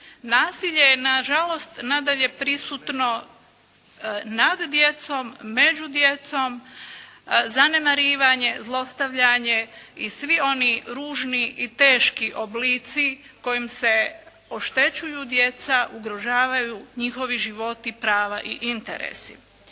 Nasilje je nažalost nadalje prisutno nad djecom, među djecom, zanemarivanje, zlostavljanje i svi oni ružni i teški oblici kojim se oštećuju djeca, ugrožavaju njihovi životi, prava i interesi.